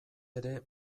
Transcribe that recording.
ere